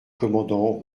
commandant